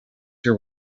your